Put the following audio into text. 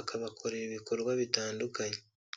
akabakorera ibikorwa bitandukanye.